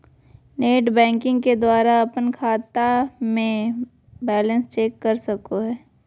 net banking के द्वारा अपन बैंक खाता के बैलेंस चेक कर सको हो